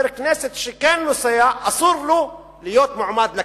כנסת שכן נוסע אסור לו להיות מועמד לכנסת.